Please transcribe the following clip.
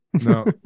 no